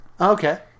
Okay